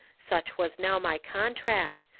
such was now my contract,